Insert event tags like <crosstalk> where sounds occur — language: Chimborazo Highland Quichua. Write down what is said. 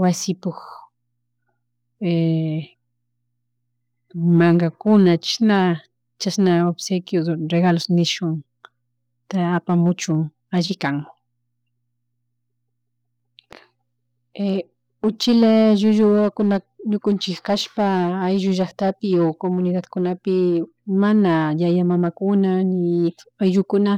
Wasipuk <hesitation> mangakuna chishna, chasnakuna, obsequios, regalos nishun ta apamuchun alli kan. <noise> <hesitation> Uchila llullu wawakuna ñukunchik kashpa ayllu llacktapi o comunidadkunapi mana yaya, mamakuna ni ayllukuna